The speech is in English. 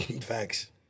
Facts